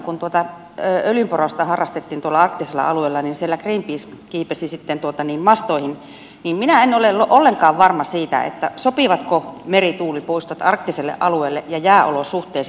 kun tuota öljynporausta harrastettiin tuolla arktisilla alueilla niin siellä greenpeace kiipesi mastoihin ja minä en ole ollenkaan varma siitä sopivatko merituulipuistot arktiselle alueelle ja jääolosuhteisiin